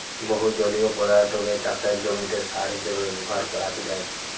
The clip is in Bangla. বহু জলীয় পদার্থকে চাসের জমিতে সার হিসেবে ব্যবহার করাক যায়